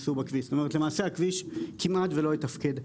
כלומר למעשה הכביש כמעט ולא יתפקד.